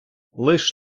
лиш